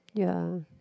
ya